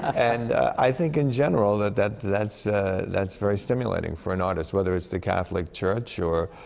and i think in general, that that that's that's very stimulating for an artist. whether it's the catholic church, or